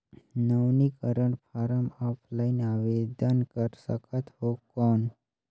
नवीनीकरण form offline आवेदन कर सकत हो कौन?